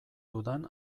dudan